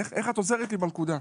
איך את עוזרת לי בנקודה?